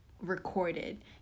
recorded